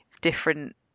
different